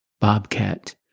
Bobcat